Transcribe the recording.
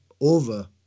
over